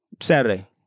Saturday